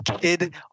Kid